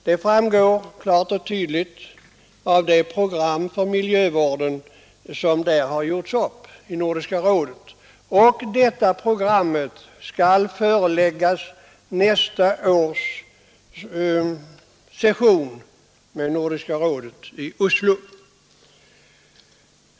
Det framgår klart och tydligt av det program för miljövården som gjorts upp i Nordiska rådet, och detta program skall föreläggas nästa års session med Nordiska rådet i Oslo.